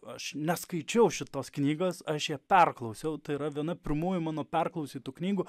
aš neskaičiau šitos knygos aš ją perklausiau tai yra viena pirmųjų mano perklausytų knygų